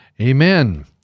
Amen